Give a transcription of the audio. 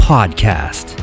Podcast